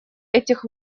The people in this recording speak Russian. этих